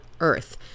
Earth